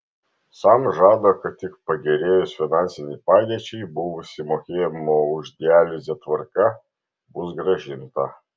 sam žada kad tik pagerėjus finansinei padėčiai buvusi mokėjimo už dializę tvarka bus grąžinta